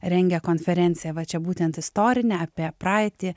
rengia konferenciją va čia būtent istorinę apie praeitį